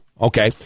Okay